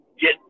get